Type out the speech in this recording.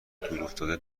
دورافتاده